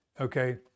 Okay